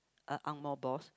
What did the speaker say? a angmoh boss